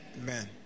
amen